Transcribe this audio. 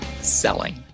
selling